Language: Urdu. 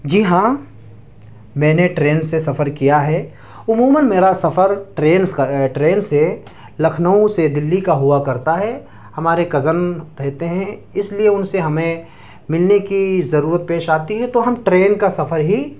جی ہاں میں نے ٹرین سے سفر كیا ہے عموماً میرا سفر ٹرینس ٹرین سے لكھنؤ سے دہلی ہوا كرتا ہے ہمارے کزن رہتے ہیں اس لیے ان سے ہمیں ملنے کی ضرورت پیش آتی ہے تو ہم ٹرین کا سفر ہی